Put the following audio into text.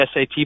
SAT